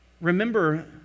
remember